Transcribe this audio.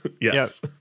Yes